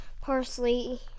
Parsley